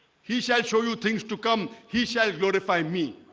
he shall show you things to come he shall glorify me.